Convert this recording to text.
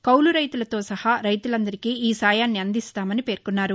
కౌలు రైతులతో సహా రైతులందరికీ ఈ సాయాన్ని అందిస్తామని పేర్కొన్నారు